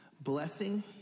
blessing